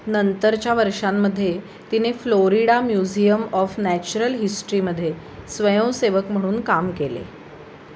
नंतरच्या वर्षांमध्ये तिने फ्लोरिडा म्युझियम ऑफ नॅचरल हिस्ट्रीमध्ये स्वयंसेवक म्हणून काम केले